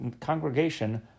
congregation